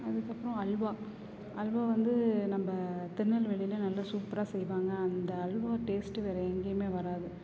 அதுக்கப்புறோம் அல்வா அல்வா வந்து நம்ப திருநெல்வேலியில் நல்லா சூப்பராக செய்வாங்க அந்த அல்வா டேஸ்ட்டு வேறு எங்கையுமே வராது